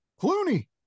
Clooney